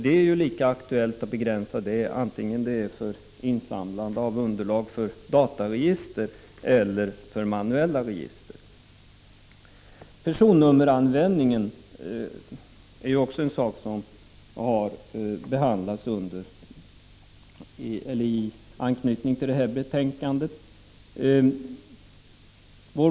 Det är lika aktuellt att begränsa uppgiftslämnandet vare sig det gäller insamlande av underlag för dataregister eller för manuella register. Personnummeranvändningen är också någonting som har behandlats i anslutning till detta betänkande.